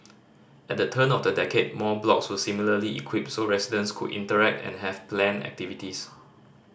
at the turn of the decade more blocks were similarly equipped so residents could interact and has planned activities